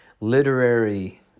literary